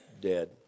dead